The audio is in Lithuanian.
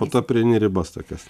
po to prieini ribas tokias